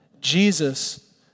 Jesus